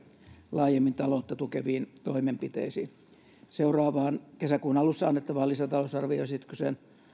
laajemmin taloutta tukeviin toimenpiteisiin seuraavaan kesäkuun alussa annettavaan lisätalousarvioesitykseen